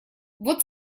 вот